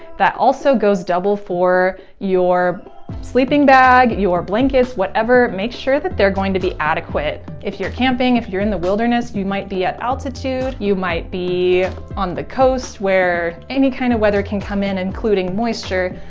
that also goes double for your sleeping bag, your blankets, whatever, make sure that they're going to be adequate. if you're camping, if you're in the wilderness you might be at altitude, you might be on the coast where any kind of weather can come in, including moisture.